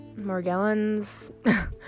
Morgellons